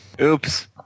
Oops